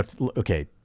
okay